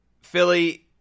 Philly